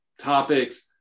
topics